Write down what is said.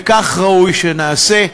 וכך ראוי שנעשה.